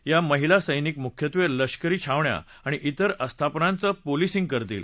या महिला सैनिक मुख्यत्वत्रिष्करी छावण्या आणि त्विर आस्थापनांचं पोलिसिंग करतील